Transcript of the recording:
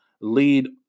lead